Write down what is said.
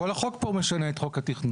כל החוק פה משנה את חוק התכנון.